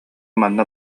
манна